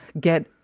get